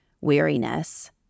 weariness